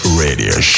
radio